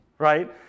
Right